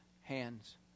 hands